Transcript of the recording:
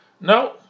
no